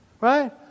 right